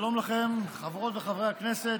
שלום לכם, חברות וחברי הכנסת.